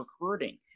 recruiting